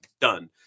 Done